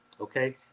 Okay